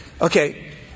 Okay